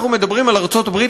אנחנו מדברים על ארצות-הברית,